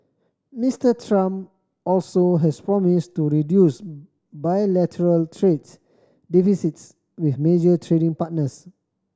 Mister Trump also has promised to reduce bilateral trades deficits with major trading partners